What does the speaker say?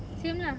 same lah